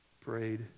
prayed